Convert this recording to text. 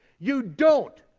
you don't,